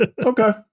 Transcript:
Okay